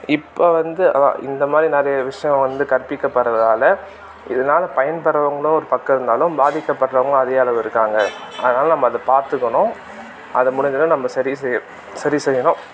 இப்போ வந்து அதான் இந்த மாதிரி நிறைய விஷயம் வந்து கற்பிக்கப்படுகிறதால இதனால் பயன்பெறுகிறவங்களும் ஒரு பக்கம் இருந்தாலும் பாதிக்கப்படுகிறவங்களும் அதிக அளவில் இருக்காங்க அதனால் நம்ம அதை பார்த்துக்கணும் அது முடிஞ்சளவு நம்ம சரி செய்ய சரி செய்யணும்